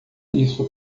isso